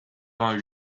vingt